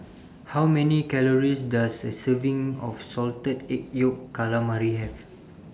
How Many Calories Does A Serving of Salted Egg Yolk Calamari Have